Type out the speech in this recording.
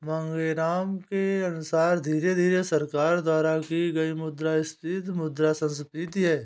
मांगेराम के अनुसार धीरे धीरे सरकार द्वारा की गई मुद्रास्फीति मुद्रा संस्फीति है